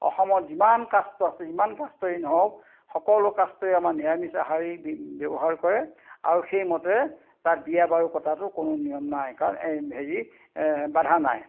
অসমত যিমান কাষ্ট আছে যিমান কাষ্টই নহওক সকলো কাষ্টই আমাৰ নিৰামিষ আহাৰেই ব্যৱহাৰ কৰে আৰু সেইমতে তাত বিয়া বাৰু পতাটো কোনো নিয়ম নাই কাৰণ এই হেৰি বাধা নাই